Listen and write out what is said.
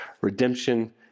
redemption